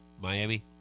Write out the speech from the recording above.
Miami